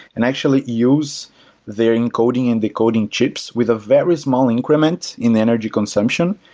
and actually use their encoding and decoding chips with a very small increment in energy consumption,